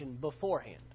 beforehand